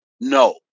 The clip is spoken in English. No